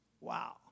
Wow